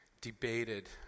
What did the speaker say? debated